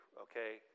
okay